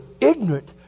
ignorant